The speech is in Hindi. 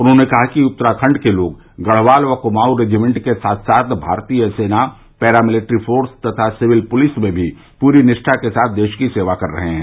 उन्होंने कहा कि उत्तराखंड के लोग गढ़वाल व कुमाऊ रेजीमेंट के साथ साथ भारतीय सेना पैरा मिलेट्री फोर्स तथा सिविल पुलिस में भी पूरी निष्ठा के साथ देश की सेवा कर रहे हैं